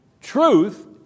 Truth